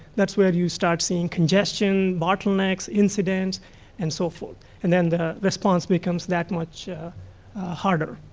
that's where you start seeing congestion, bottlenecks, incidents and so forth and then the response becomes that much harder.